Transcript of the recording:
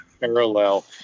parallel